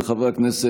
אם כן,